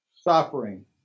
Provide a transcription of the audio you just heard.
Suffering